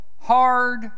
hard